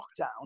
lockdown